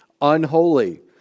unholy